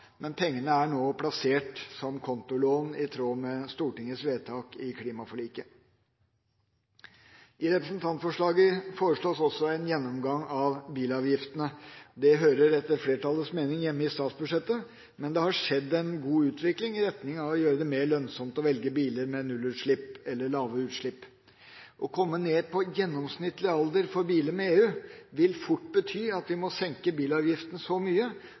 men pengene er nå plassert som kontolån i tråd med Stortingets vedtak i klimaforliket. I representantforslaget foreslås også en gjennomgang av bilavgiftene. Det hører etter flertallets mening hjemme i statsbudsjettet, men det har skjedd en god utvikling i retning av å gjøre det mer lønnsomt å velge biler med nullutslipp eller lave utslipp. Å komme ned på gjennomsnittlig alder for biler i EU vil fort bety at vi må senke bilavgiften så mye